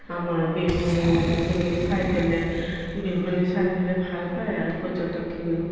আমাৰ বিহুখিনি চাই পেলাই বিহুখিনি চাই পেলাই ভাল পায় আৰু পৰ্যটকখিনি